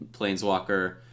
Planeswalker